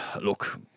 look